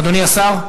אדוני השר.